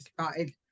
started